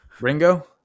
Ringo